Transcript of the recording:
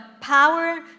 power